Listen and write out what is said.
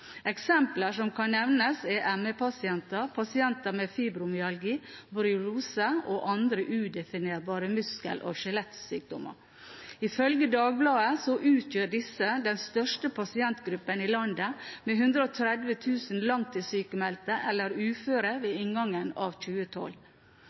Eksempler som kan nevnes er ME-pasienter, pasienter med fibromyalgi, borreliose og andre udefinerbare muskel- og skjelettsykdommer. Ifølge Dagbladet utgjør disse den største pasientgruppen i landet, med 130 000 langtidssykmeldte eller uføre ved